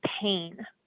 pain